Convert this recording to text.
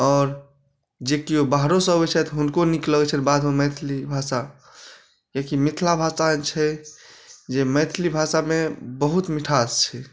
आओर जे केओ बाहरो सँ अबै छथि हुनको नीक लगै छनि बाद मे मैथिली भाषा किएकि मिथिला भाषा एहन छै जे मैथिली भाषा मे बहुत मिठास छै